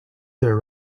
there